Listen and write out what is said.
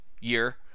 year